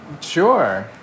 Sure